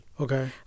Okay